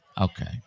Okay